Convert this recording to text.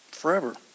forever